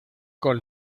con